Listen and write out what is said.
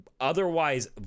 otherwise